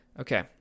Okay